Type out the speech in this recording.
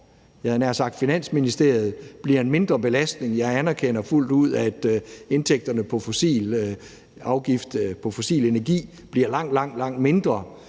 jeg nær sagt, Finansministeriet. Jeg anerkender fuldt ud, at indtægterne fra afgifter på fossil energi bliver langt, langt mindre;